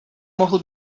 mohl